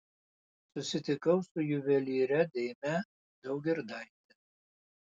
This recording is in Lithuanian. susitikau su juvelyre deime daugirdaite